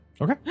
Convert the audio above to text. Okay